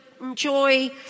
enjoy